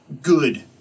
good